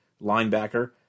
linebacker